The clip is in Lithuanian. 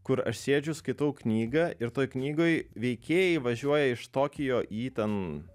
kur aš sėdžiu skaitau knygą ir toj knygoj veikėjai važiuoja iš tokijo į ten